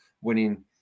winning